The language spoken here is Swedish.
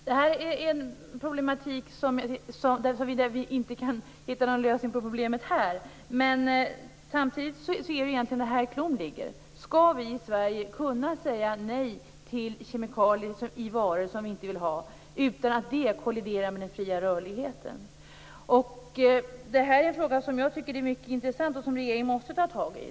Detta är en problematik som vi inte kan hitta någon lösning på här. Samtidigt är det egentligen här vi har klon. Skall vi i Sverige kunna säga nej till kemikalier i varor som vi inte vill ha utan att det kolliderar med den fria rörligheten? Det här är en fråga som jag tycker är mycket intressant och som regeringen måste ta tag i.